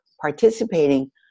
participating